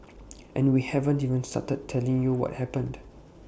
and we haven't even started telling you what happened